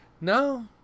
No